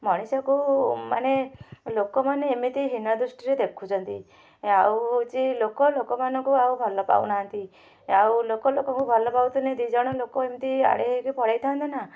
ମଣିଷକୁ ମାନେ ଲୋକମାନେ ଏମିତି ହୀନ ଦୃଷ୍ଟିରେ ଦେଖୁଛନ୍ତି ଆଉ ହେଉଛି ଲୋକ ଲୋକମାନଙ୍କୁ ଆଉ ଭଲ ପାଉନାହାଁନ୍ତି ଆଉ ଲୋକ ଲୋକଙ୍କୁ ଭଲ ପାଉଥିଲେ ଦୁଇଜଣ ଲୋକ ଏମିତି ଆଡ଼େଇ ହେଇକି ପଳାଇଥାନ୍ତେ ନା